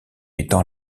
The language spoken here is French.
étant